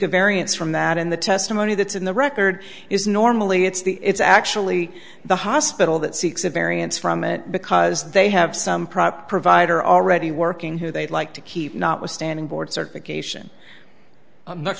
a variance from that in the testimony that's in the record is normally it's the it's actually the hospital that seeks a variance from it because they have some prop provider already working who they'd like to keep not withstanding board certification i'm not